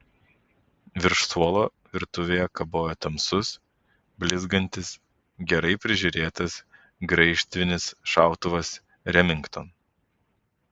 virš suolo virtuvėje kabojo tamsus blizgantis gerai prižiūrėtas graižtvinis šautuvas remington